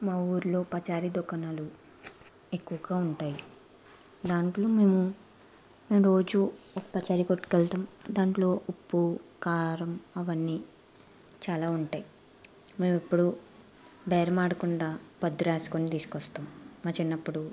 మా ఊర్లో పచారీ దుకాణాలు ఎక్కువుగా ఉంటాయి దాంట్లో మేము నేనురోజూ ఒక పచారీ కొట్టుకెళ్తాం దాంట్లో ఉప్పు కారం అవన్నీ చాలా ఉంటాయి మేమెప్పుడూ బేరమాడకుండా పద్దు రాసుకోని తీసుకొస్తాం మా చిన్నప్పుడు